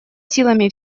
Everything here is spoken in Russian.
силами